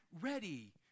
ready